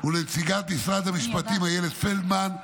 ולנציגת משרד המשפטים איילת פלדמן.